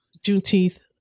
Juneteenth